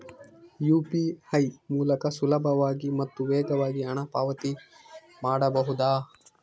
UPI ಮೂಲಕ ಸುಲಭವಾಗಿ ಮತ್ತು ವೇಗವಾಗಿ ಹಣ ಪಾವತಿ ಮಾಡಬಹುದಾ?